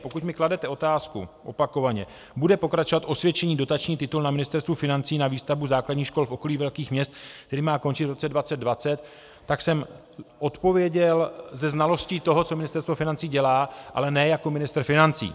Pokud mi kladete otázku, opakovaně bude pokračovat osvědčený dotační titul na Ministerstvu financí na výstavbu základních škol v okolí velkých měst, který má končit v roce 2020? tak jsem odpověděl se znalostí toho, co Ministerstvo financí dělá, ale ne jako ministr financí.